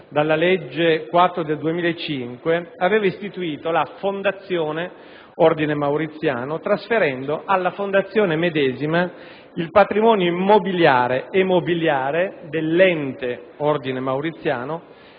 dalla legge 21 gennaio 2005, n. 4, aveva istituito la fondazione Ordine Mauriziano trasferendo alla fondazione medesima il patrimonio immobiliare e mobiliare dell'ente Ordine Mauriziano